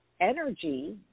energy